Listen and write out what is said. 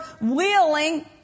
willing